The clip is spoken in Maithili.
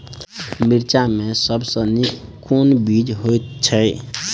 मिर्चा मे सबसँ नीक केँ बीज होइत छै?